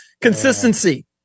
Consistency